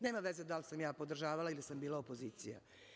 Nema veze da li sam ja podržavala ili sam bila opozicija.